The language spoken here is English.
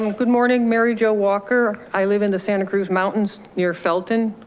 and good morning, mary jo walker. i live in the santa cruz mountains near felton.